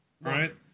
right